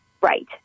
right